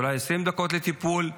אולי 20 דקות לטיפול.